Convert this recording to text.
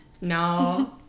no